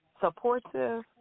supportive